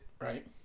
right